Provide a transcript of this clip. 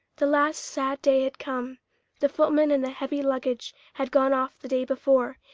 the last sad day had come the footman and the heavy luggage had gone off the day before,